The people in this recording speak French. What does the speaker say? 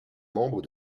membre